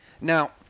Now